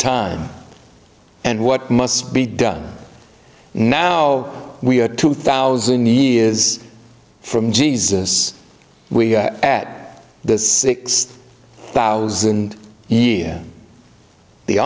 time and what must be done now we are two thousand years from jesus we add the six thousand year the